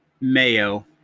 mayo